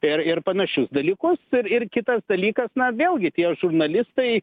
ir ir panašius dalykus ir ir kitas dalykas na vėlgi tie žurnalistai